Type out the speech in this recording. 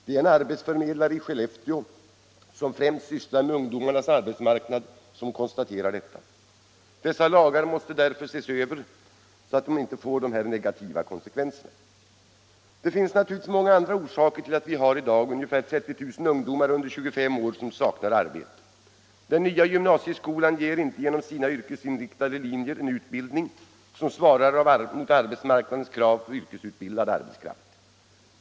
Det är en arbetsförmedlare i Skellefteå som främst sysslar med ungdomarnas arbetsmarknad som konstaterar detta. Dessa lagar måste därför ses över så att de inte får dessa negativa konsekvenser. Det finns naturligtvis många andra orsaker till att vi i dag har ungefär 30 000 ungdomar under 25 år som saknar arbete. Den nya gymnasieskolan ger inte genom sina yrkesinriktade linjer en utbildning som svarar mot arbetsmarknadens krav på yrkesutbildad arbetskraft.